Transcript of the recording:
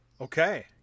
Okay